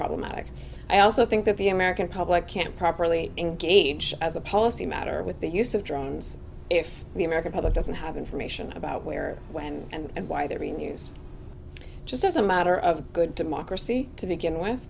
problematic i also think that the american public can't properly engage as a policy matter with the use of drones if the american public doesn't have information about where when and why they're being used just as a matter of good democracy to begin with